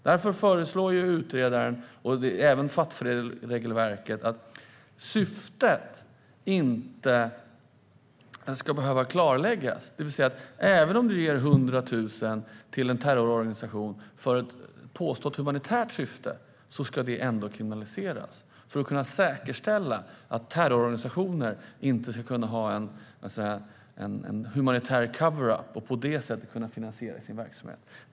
Därför föreslår utredaren, och även FATF-regelverket, att syftet inte ska behöva klarläggas, det vill säga att även om du ger 100 000 till en terrororganisation för ett påstått humanitärt syfte ska det kriminaliseras. Det är för att kunna säkerställa att terrororganisationer inte ska kunna ha en humanitär cover-up och på det sättet kunna finansiera sin verksamhet.